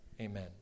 Amen